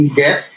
get